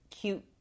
cute